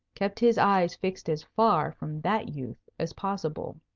kept his eyes fixed as far from that youth as possible.